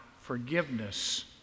forgiveness